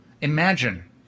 Imagine